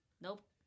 nope